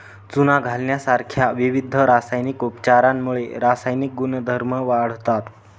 चुना घालण्यासारख्या विविध रासायनिक उपचारांमुळे रासायनिक गुणधर्म वाढतात